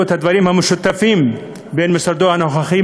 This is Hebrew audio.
את הדברים המשותפים בין משרדו הנוכחי,